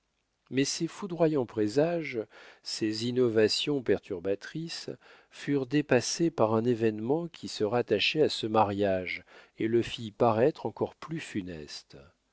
mais ces foudroyants présages ces innovations perturbatrices furent dépassés par un événement qui se rattachait à ce mariage et le fit paraître encore plus funeste